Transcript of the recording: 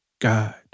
God